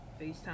FaceTime